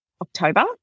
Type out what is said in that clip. October